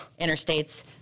Interstates